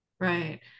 right